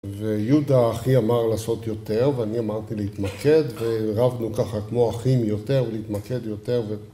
ויהודה אחי אמר לעשות יותר, ואני אמרתי להתמקד, ורבנו ככה כמו אחים יותר ולהתמקד יותר